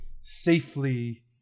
safely